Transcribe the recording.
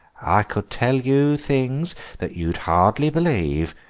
i could tell you things that you'd hardly believe.